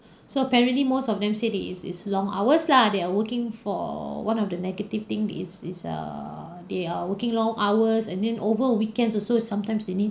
so apparently most of them said that it's it's long hours lah they are working for one of the negative thing is is err they are working long hours and then over the weekends also sometimes they need